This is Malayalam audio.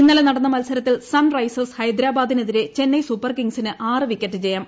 ഇന്നലെ നടന്ന മത്സരത്തിൽ സൺറൈസേഴ്സ് ഹൈദരാബാദിനെതിരെ ചെന്നൈ സൂപ്പർ കിങ്സിന് ആറ് വിക്കറ്റ് ജയം